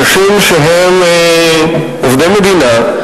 אנשים שהם עובדי מדינה,